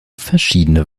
verschiedene